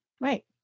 Right